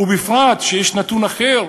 ובפרט כשיש נתון אחר,